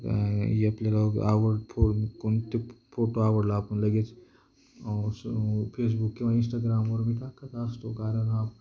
हे आपल्याला आवड फो कोणते फोटो आवडला आपण लगेच फेसबुक किंवा इनंस्टाग्रामवर मी टाकत असतो कारण आपण